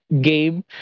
game